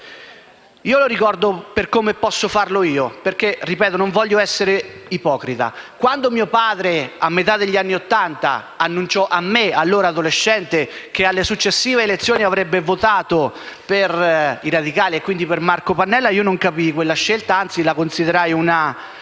Lo ricordo per come posso farlo, perché - ripeto - non voglio essere ipocrita. Quando mio padre, a metà degli anni Ottanta, annunciò a me, allora adolescente, che alle successive elezioni avrebbe votato per i radicali e quindi per Marco Pannella, io non capii quella scelta e anzi la considerai un